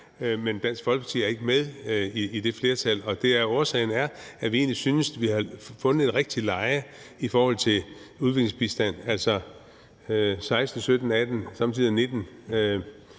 men Dansk Folkeparti er ikke med i det flertal, og årsagen er, at vi egentlig synes, at vi havde fundet et rigtigt leje i forhold til udviklingsbistand, altså 16, 17, 18, somme tider 19